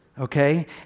okay